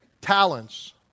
talents